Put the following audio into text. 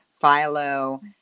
Philo